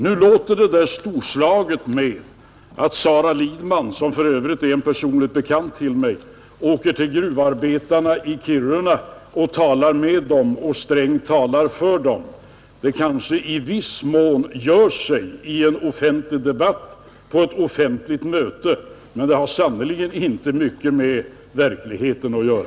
Nu låter det storslaget att Sara Lidman — som för övrigt är en personlig bekant till mig — åker till gruvarbetarna i Kiruna och talar med dem, medan Sträng talar till dem, Ett sådant påstående kanske i viss mån gör sig i en debatt på ett offentligt möte, men det har sannerligen inte mycket med verkligheten att göra,